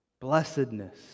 blessedness